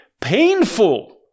painful